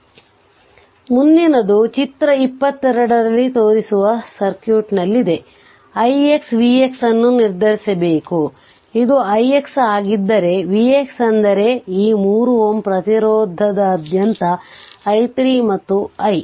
ಆದ್ದರಿಂದ ಮುಂದಿನದು ಚಿತ್ರ 22 ರಲ್ಲಿ ತೋರಿಸಿರುವ ಸರ್ಕ್ಯೂಟ್ನಲ್ಲಿದೆ ix v x ಅನ್ನು ನಿರ್ಧರಿಸಬೇಕು ಇದು ix ಆಗಿದ್ದರೆ v x ಅಂದರೆ ಈ 3 Ω ಪ್ರತಿರೋಧದಾದ್ಯಂತ i 3 ಮತ್ತು i